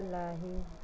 ਲਾਹੇ